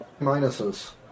minuses